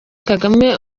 kagame